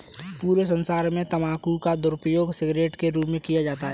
पूरे संसार में तम्बाकू का दुरूपयोग सिगरेट के रूप में किया जाता है